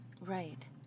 Right